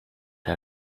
her